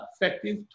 effective